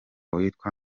witwa